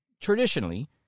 traditionally